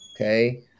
okay